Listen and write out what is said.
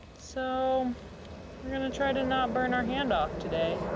so we're going to try to not burn our hand off today.